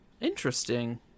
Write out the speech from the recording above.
interesting